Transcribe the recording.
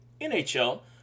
NHL